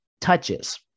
touches